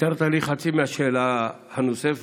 ייתרת לי חצי מהשאלה הנוספת.